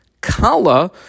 kala